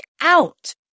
out